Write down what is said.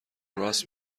راست